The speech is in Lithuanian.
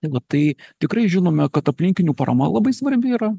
ir va tai tikrai žinome kad aplinkinių parama labai svarbi yra